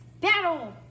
Battle